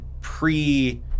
pre